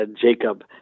Jacob